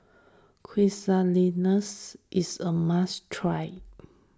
Quesadillas is a must try